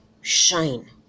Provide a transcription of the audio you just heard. shine